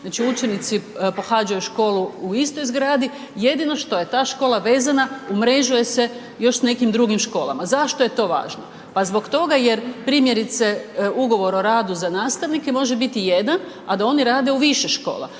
znači učenici pohađaju školu u istoj zgradi, jedino što je ta škola vezana umrežuje se s još nekim drugim školama. Zašto je to važno? Pa zbog toga jer primjerice ugovor o radu za nastavnike može biti jedan, a da oni rade u više škola.